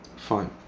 Fine